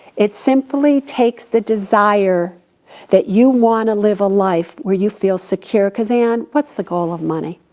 it simply takes the desire that you wanna live a life where you feel secure. cause ann, what's the goal of money?